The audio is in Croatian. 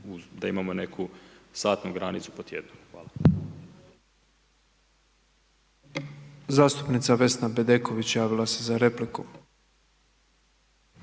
da imamo neku satnu granicu po tjednu. Hvala.